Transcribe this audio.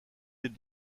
les